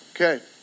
Okay